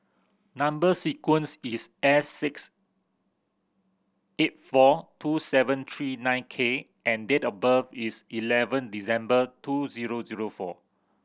number sequence is S six eight four two seven three nine K and date of birth is eleven December two zero zero four